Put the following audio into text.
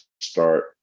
start